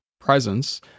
presence